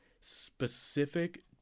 specific